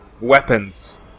weapons